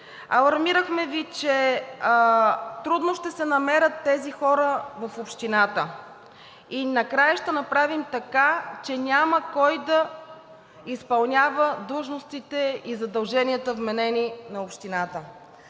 Алармирахме Ви, че трудно ще се намерят тези хора в общината. И накрая ще направим така, че няма кой да изпълнява длъжностите и задълженията, вменени на общината.